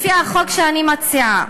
לפי החוק שאני מציעה,